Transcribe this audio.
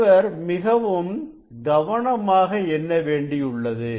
ஒருவர் மிகவும் கவனமாக எண்ண வேண்டியுள்ளது